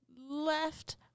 left